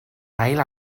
ail